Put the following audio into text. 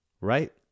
Right